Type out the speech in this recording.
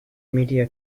media